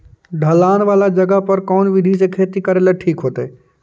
ढलान वाला जगह पर कौन विधी से खेती करेला ठिक होतइ?